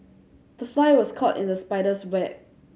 the fly was caught in the spider's web